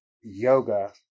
yoga